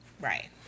right